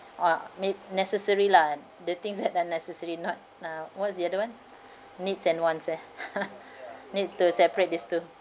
or may necessary lah the things that are necessary not uh what is the other one needs and wants ya need to separate these two